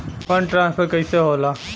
Fund transfer कैसे होला?